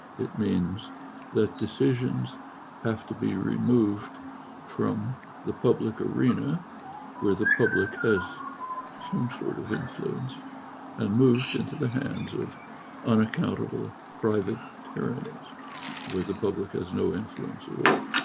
it means that decisions have to be removed from the public arena where the public has some sort of influence and moved into the hands of unaccountable private tyrannies where the public has no influence at all.